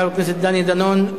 חבר הכנסת דני דנון,